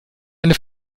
eine